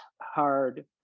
hard